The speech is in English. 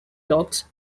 logs